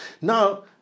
Now